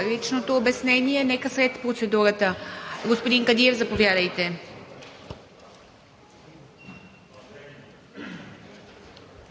Лично обяснение – нека след процедурата. Господин Кадиев, заповядайте.